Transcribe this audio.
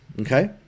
okay